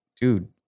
dude